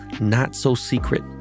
not-so-secret